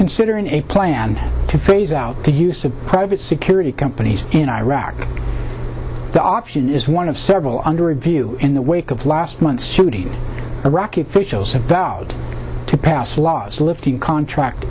considering a plan to phase out to use of private security companies in iraq the option is one of several under a view in the wake of last month's shooting iraqi officials have vowed to pass laws lifting contract